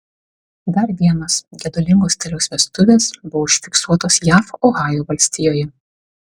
dar vienos gedulingo stiliaus vestuvės buvo užfiksuotos jav ohajo valstijoje